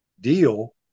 deal